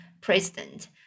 president